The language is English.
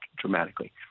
dramatically